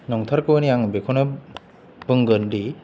नंथारगौनि आङो बेखौनो बुंगोन दि